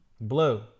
Blue